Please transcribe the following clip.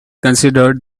considered